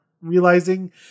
realizing